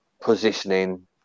positioning